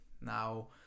Now